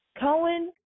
Cohen